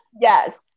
Yes